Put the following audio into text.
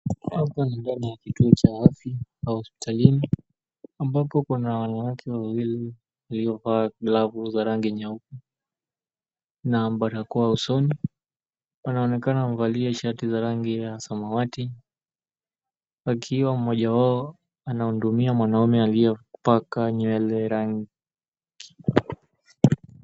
Hapa ni katika kituo cha afya au hospitalini ambapo kuna wanawake wawili waliovaa glavu za rangi nyeupe na barakoa usoni. Wanaonekana wamevalia shati za rangi ya samawati wakiwa mmoja wao anahudumia mwanaume aliyepaka nywele rangi.